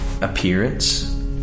appearance